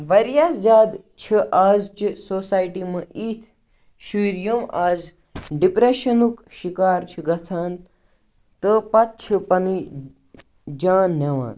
واریاہ زیادٕ چھِ آزچہِ سوسایٹی منٛز یِتھۍ شُرۍ یِم آز ڈِپرٮ۪ٮشَنُک شِکار چھِ گژھان تہٕ پَتہٕ چھِ پَنٕنۍ جان نِوان